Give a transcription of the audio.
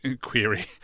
query